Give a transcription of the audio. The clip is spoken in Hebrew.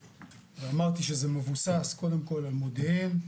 ואמרתי שזה מבוסס קודם כול על מודיעין,